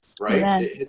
right